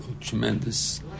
tremendous